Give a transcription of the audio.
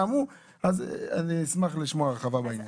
אז אני אשמח לשמוע הרחבה בעניין הזה.